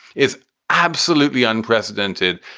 is absolutely unprecedented.